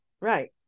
Right